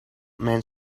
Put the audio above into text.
mijn